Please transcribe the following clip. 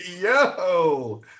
yo